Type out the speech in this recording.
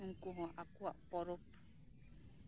ᱩᱱᱠᱩ ᱦᱚᱸ ᱟᱠᱚᱣᱟᱜ ᱯᱚᱨᱚᱵ